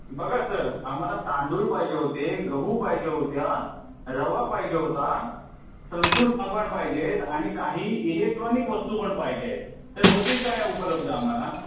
बघा सर आम्हाला तांदूळ पाहिजे होते गहू पाहिजे होत्या रवा पाहिजे होता संतूर साबण पाहिजेत आणि काही इलेक्ट्रॉनिक वस्तू पण पाहिजे आहेत तर होतील का या उपलब्ध आम्हाला